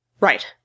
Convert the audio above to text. Right